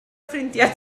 ffrindiau